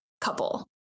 couple